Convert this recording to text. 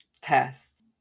tests